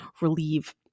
relieve